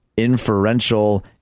Inferential